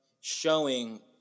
showing